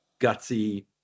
gutsy